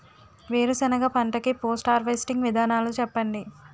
వేరుసెనగ పంట కి పోస్ట్ హార్వెస్టింగ్ విధానాలు చెప్పండీ?